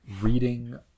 reading